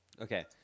Okay